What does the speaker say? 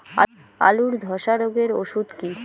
আলুর ধসা রোগের ওষুধ কি?